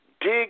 dig